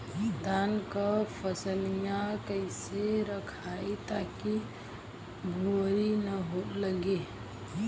धान क फसलिया कईसे रखाई ताकि भुवरी न लगे?